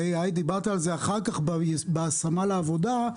דיברת על זה אחר כך בקשר להשמה לעבודה,